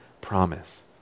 promise